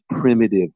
primitive